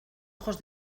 ojos